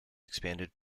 expanded